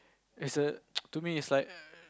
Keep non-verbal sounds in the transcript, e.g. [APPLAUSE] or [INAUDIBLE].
is a [NOISE] to me is like